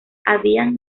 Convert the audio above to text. habían